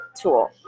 tool